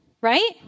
right